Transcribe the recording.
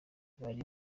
bari